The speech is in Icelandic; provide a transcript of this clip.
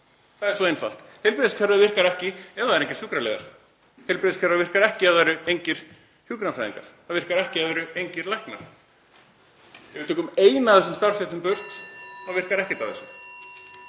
Það er svo einfalt. Heilbrigðiskerfið virkar ekki ef það eru engir sjúkraliðar, heilbrigðiskerfið virkar ekki ef það eru engir hjúkrunarfræðingar og virkar ekki ef það eru engir læknar. Ef við tökum eina af þessum starfsstéttum burt þá virkar ekkert af þessu.